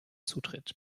zutritt